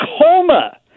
coma